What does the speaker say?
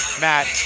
Matt